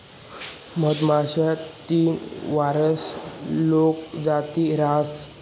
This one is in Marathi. मधमाशी तीन वरीस लोग जित्ती रहास